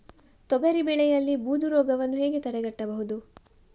ತೊಗರಿ ಬೆಳೆಯಲ್ಲಿ ಬೂದು ರೋಗವನ್ನು ಹೇಗೆ ತಡೆಗಟ್ಟಬಹುದು?